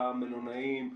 למלונאים,